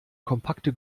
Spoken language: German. kompakte